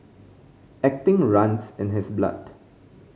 acting runs in his blood